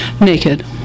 Naked